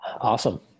Awesome